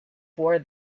for